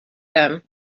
them